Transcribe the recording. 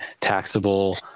taxable